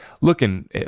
looking